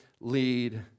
lead